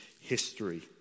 history